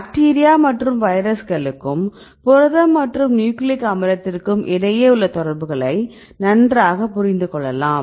bacteria மற்றும் வைரஸ்களுக்கும் புரதம் மற்றும் நியூக்ளிக் அமிலத்திற்கும் இடையே உள்ள தொடர்புகளை நன்றாக புரிந்து கொள்ளலாம்